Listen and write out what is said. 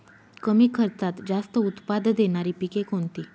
कमी खर्चात जास्त उत्पाद देणारी पिके कोणती?